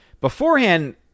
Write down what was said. Beforehand